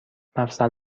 مفصل